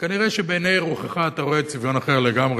וכנראה בעיני רוחך אתה רואה צביון אחר לגמרי